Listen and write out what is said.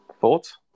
Thoughts